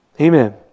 amen